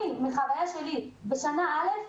כשהייתי בשנה א',